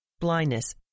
blindness